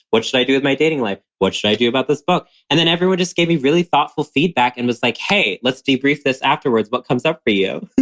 what should i do with my dating life? what should i do about this book? and then everyone just gave a really thoughtful feedback and was like, hey, let's debrief this afterwards. what comes up for you?